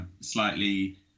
slightly